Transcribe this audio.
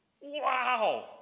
wow